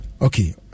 okay